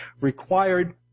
required